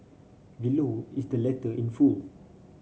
below is the letter in full